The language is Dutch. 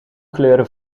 kleuren